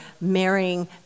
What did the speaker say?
marrying